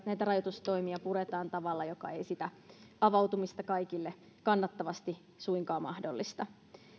näitä rajoitustoimia puretaan tavalla joka ei avautumista kaikille kannattavasti suinkaan mahdollista